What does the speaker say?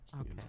Okay